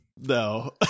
no